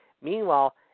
Meanwhile